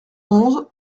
onze